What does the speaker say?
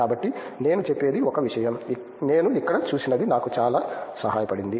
కాబట్టి నేను చెప్పేది ఒక విషయం నేను ఇక్కడ చూసినది నాకు చాలా సహాయపడింది